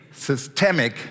Systemic